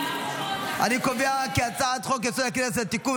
אני קובע כי הצעת חוק-יסוד: הכנסת (תיקון,